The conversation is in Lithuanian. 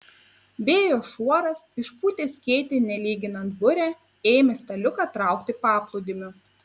vėjo šuoras išpūtęs skėtį nelyginant burę ėmė staliuką traukti paplūdimiu